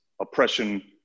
oppression